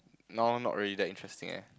now not really that interesting eh